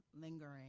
lingering